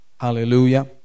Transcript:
Hallelujah